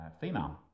female